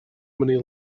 many